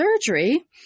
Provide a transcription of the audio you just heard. surgery